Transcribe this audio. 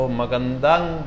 magandang